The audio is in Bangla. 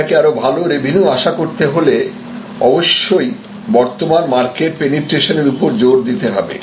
আপনাকে আরো ভালো রেভিনিউ আশা করতে হলে অবশ্যই বর্তমান মার্কেট পেনিট্রেশন এর উপর জোর দিতে হবে